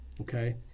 okay